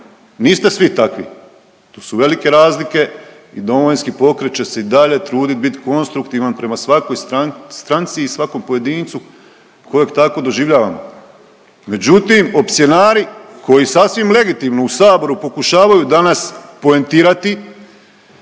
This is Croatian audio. Niste svi takvi, tu su velike razlike i Domovinski pokret će se i dalje trudit bit konstruktivan prema svakoj stranci i svakom pojedincu kojeg tako doživljavamo. Međutim opsjenari koji sasvim legitimno u saboru pokušavaju danas poentirati